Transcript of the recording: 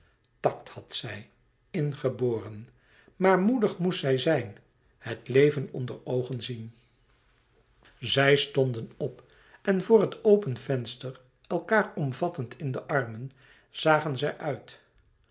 tact had zij ingeboren maar moedig moest zij zijn het leven onder oogen zien zij stonden op en voor het open venster elkaâr omvattend in de armen zagen zij uit